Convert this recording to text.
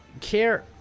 Care